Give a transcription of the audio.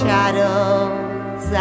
Shadows